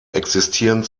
existierten